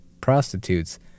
prostitutes